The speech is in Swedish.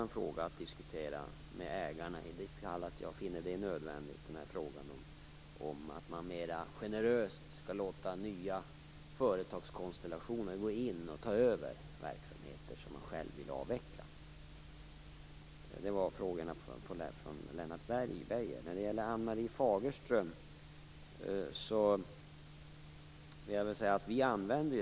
En fråga att då diskutera med ägarna, ifall jag finner det nödvändigt, är frågan om nya företagskonstellationer mera generöst skall få gå in och ta över verksamheter som man själv vill avveckla. Så långt mitt svar på frågorna från Lennart Beijer. Till Ann-Marie Fagerström vill jag säga följande.